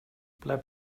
bleib